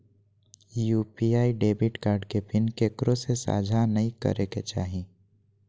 UPI debit card के PIN केकरो से साझा नइ करे के चाही